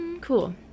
Cool